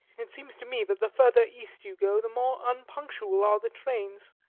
it seems to me that the further east you go the more unpunctual are the trains.